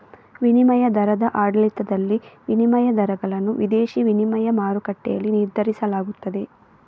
ವಿನಿಮಯ ದರದ ಆಡಳಿತದಲ್ಲಿ, ವಿನಿಮಯ ದರಗಳನ್ನು ವಿದೇಶಿ ವಿನಿಮಯ ಮಾರುಕಟ್ಟೆಯಲ್ಲಿ ನಿರ್ಧರಿಸಲಾಗುತ್ತದೆ